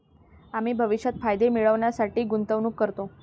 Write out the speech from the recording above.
आम्ही भविष्यात फायदे मिळविण्यासाठी गुंतवणूक करतो